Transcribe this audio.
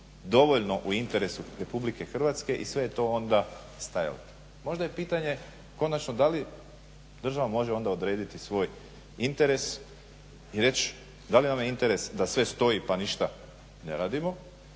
dovoljno u interesu RH i sve je to onda stajalo. Možda je pitanje konačno da li država može onda odrediti svoj interes i reći da li nam je interes da sve stoji pa ništa ne radimo,